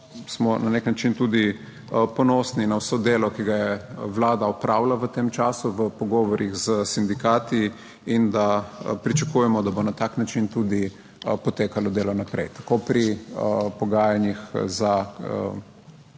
smo na nek način tudi ponosni na vse delo, ki ga je Vlada opravila v tem času v pogovorih s sindikati. In pričakujemo, da bo na tak način tudi potekalo delo naprej, tako pri pogajanjih za